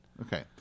Okay